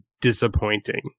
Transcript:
disappointing